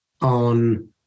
on